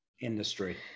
industry